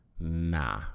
nah